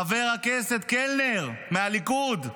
חבר הכנסת קלנר מהליכוד.